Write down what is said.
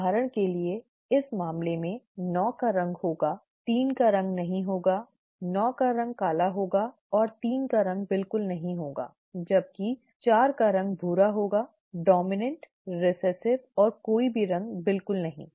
उदाहरण के लिए इस मामले में 9 का रंग होगा 3 का रंग नहीं होगा 9 का रंग काला होगा और 3 का रंग बिल्कुल नहीं होगा जबकि 4 का रंग भूरा होगा डोमिनेंट रिसेसिव और कोई भी रंग बिल्कुल नहीं ठीक